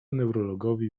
neurologowi